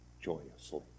joyously